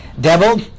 Devil